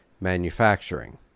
manufacturing